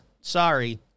Sorry